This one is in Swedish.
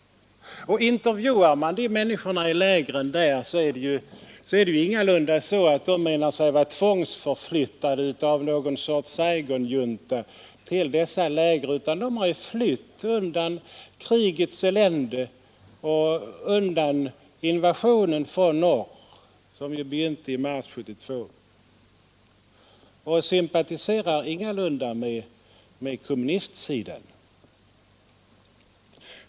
Intervjuar man människorna i lägren, får man veta att de ingalunda anser sig vara tvångsförflyttade av någon sorts Saigonjunta, utan de har flytt undan krigets elände under offensiven från Nordvietnam, som ju begynte i mars 1972. Dessa människor sympatiserar ingalunda med kommunistsidan.